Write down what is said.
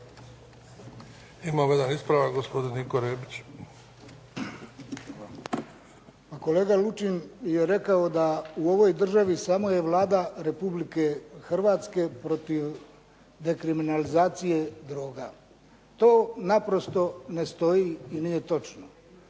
Imamo jedan ispravak gospodin Niko Rebić. **Rebić, Niko (HDZ)** Kolega Lučin je rekao da u ovoj državi samo je Vlada Republike Hrvatske protiv dekriminalizacije droga. To naprosto ne stoji i nije točno.